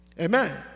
Amen